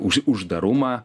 už uždarumą